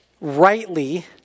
rightly